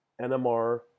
NMR